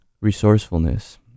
resourcefulness